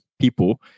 people